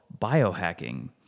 biohacking